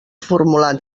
formular